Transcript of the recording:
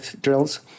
drills